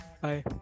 Bye